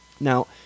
Now